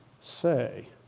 say